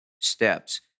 steps